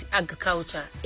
agriculture